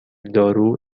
دارو